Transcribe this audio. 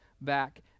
back